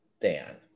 Dan